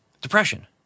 depression